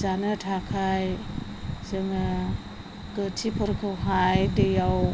जानो थाखाय जोङो गोथिफोरखौहाय दैयाव